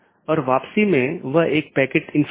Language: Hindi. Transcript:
यह ओपन अपडेट अधिसूचना और जीवित इत्यादि हैं